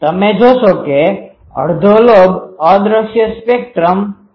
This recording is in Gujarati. તમે જોશો કે અડધો લોબ અદ્રશ્ય સ્પેક્ટ્રમમાં છે